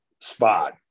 spot